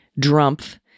Drumpf